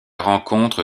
rencontre